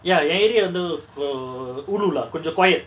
ya eh area வந்து ஒரு:vanthu oru ulu lah கொஞ்சோ:konjo quiet